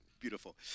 beautiful